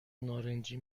نارنجی